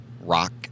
Rock